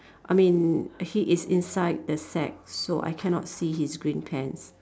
I mean he is inside the sack so I cannot see his green pants